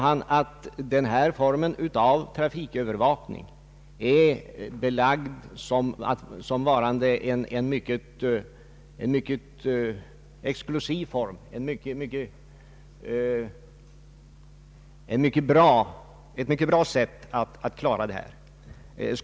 Han sade nämligen samtidigt att det är belagt att helikopterspaning är ett mycket bra sätt att klara trafikövervakningen.